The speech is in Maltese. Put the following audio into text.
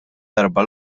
darba